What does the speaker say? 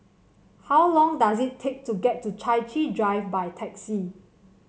how long does it take to get to Chai Chee Drive by taxi